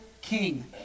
king